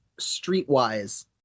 streetwise